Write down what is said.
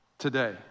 today